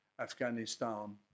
Afghanistan